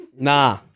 Nah